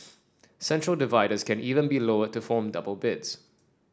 central dividers can even be lowered to form double beds